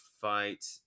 fight